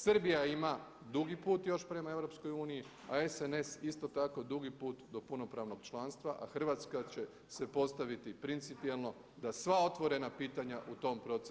Srbija ima dugi put još prema EU, a SNS isto tako dugi put do punopravnog članstva, a Hrvatska će se postaviti principijelno da sva otvorena pitanja u tom procesu riješi.